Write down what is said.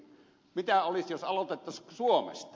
miten olisi jos aloitettaisiin suomesta